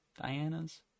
Dianas